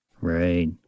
Right